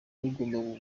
rugomba